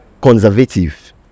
conservative